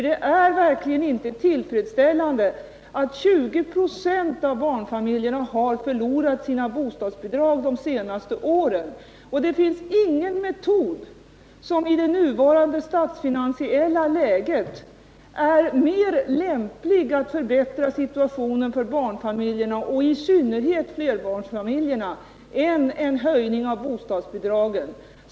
Det är verkligen inte tillfredsställande att 20 96 av barnfamiljerna har förlorat sina bostadsbidrag de senaste åren. Det finns ingen metod som i det nuvarande statsfinansiella läget är mer lämplig för att förbättra situationen för barnfamiljerna, och i synnerhet flerbarnsfamiljerna, än en höjning av bostadsbidragen.